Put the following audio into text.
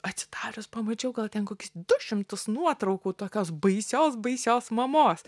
atsidarius pamačiau gal ten kokius du šimtus nuotraukų tokios baisios baisios mamos